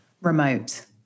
Remote